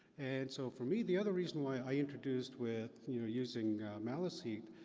and so, for me, the other reason why i introduced with, you know, using maliseet,